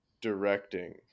directing